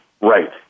right